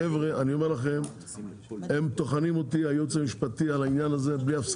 חבר'ה אני אומר לכם הייעוץ המשפטי טוחנים אותי בלי הפסקה.